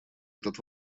этот